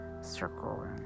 circle